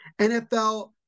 NFL